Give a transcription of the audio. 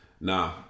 nah